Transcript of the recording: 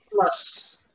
plus